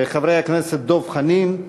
חברי הכנסת דב חנין,